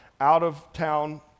out-of-town